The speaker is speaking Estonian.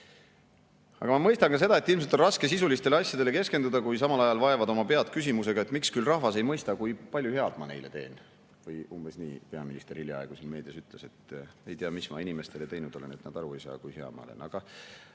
ma mõistan ka seda, et ilmselt on raske sisulistele asjadele keskenduda, kui samal ajal vaevad oma pead küsimusega, miks küll rahvas ei mõista, kui palju head ma neile teen. Umbes nii peaminister hiljaaegu meedias ütles, et ei tea, mis ma inimestele teinud olen, et nad aru ei saa, kui hea ma olen.